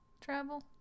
travel